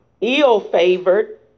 ill-favored